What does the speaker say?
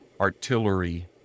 artillery